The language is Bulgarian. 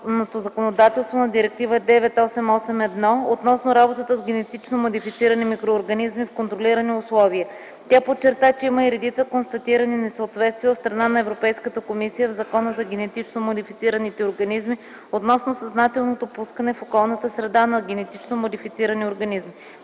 законодателство на Директива 98/81/ЕО, относно работата с генетично модифицирани микроорганизми в контролирани условия, Тя подчерта, че има и редица констатирани несъответствия от страна на Европейската комисия в Закона за генетично модифицираните организми относно съзнателното пускане в околната среда на генетично модифицирани организми.